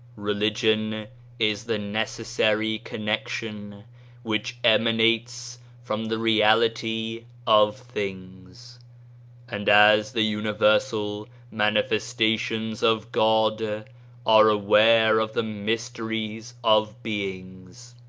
religion is the necessary connection which emanates from the reality of things and as the universal manifestations of god are aware of the mysteries of beings,